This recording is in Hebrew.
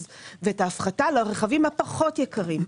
ואת ההפחתה על הרכבים הפחות יקרים.